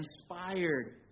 inspired